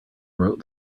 wrote